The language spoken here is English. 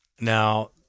Now